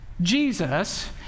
Jesus